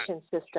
system